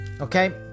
Okay